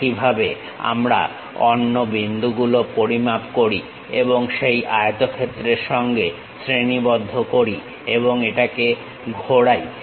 একইভাবে আমরা অন্যান্য বিন্দুগুলো পরিমাপ করি এবং সেই আয়তক্ষেত্রের সঙ্গে শ্রেণীবদ্ধ করি এবং এটাকে ঘোরাই